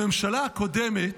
בממשלה הקודמת,